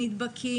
נדבקים,